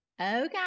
Okay